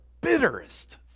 bitterest